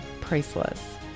priceless